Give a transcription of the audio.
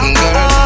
girl